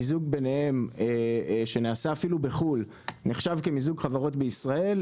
ומיזוג ביניהם שנעשה אפילו בחו"ל נחשב כמיזוג חברות בישראל,